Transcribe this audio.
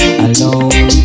alone